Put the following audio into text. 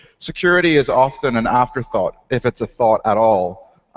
security is often an afterthought if it's a thought at all.